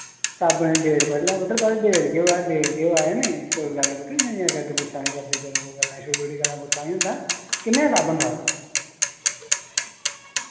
साबन दी डेट पढ़ी लै पुत्तर भला डेट केह् होऐ डेट केह् होऐ नि कोई गल्ल नी पुत्तर इय्यां नी करदे गुस्सा नी करदे गल्लां छोटी छोटी गल्ला गुस्सा नि होंदा किन्ने दा साबन था ओ